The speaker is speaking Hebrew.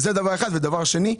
דבר שני,